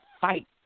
fight